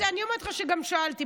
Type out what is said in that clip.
אז אני אומרת לך שגם שאלתי.